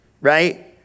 Right